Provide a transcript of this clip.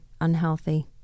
unhealthy